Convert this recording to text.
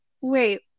wait